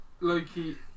Loki